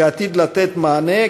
שעתיד לתת מענה,